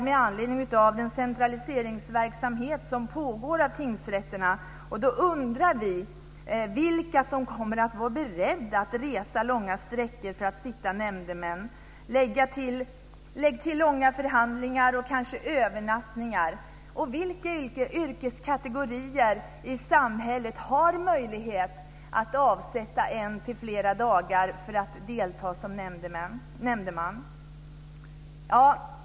Med anledning av den centralisering av tingsrätterna som pågår undrar vi vilka som kommer att vara beredda att resa långa sträckor för att sitta nämndeman. Lägg till långa förhandlingar och kanske övernattningar! Vilka yrkeskategorier i samhället har möjlighet att avsätta en eller flera dagar för att delta som nämndeman?